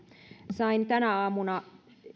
sain tänä aamuna